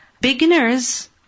beginners